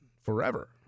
forever